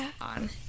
on